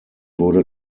wurde